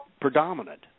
predominant